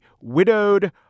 widowed